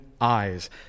Eyes